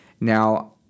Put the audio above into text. Now